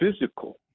physical